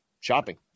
shopping